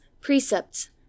precepts